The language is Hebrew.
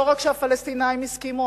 לא רק שהפלסטינים הסכימו,